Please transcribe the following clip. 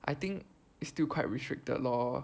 I think it's still quite restricted lor